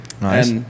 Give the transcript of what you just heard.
Nice